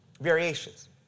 Variations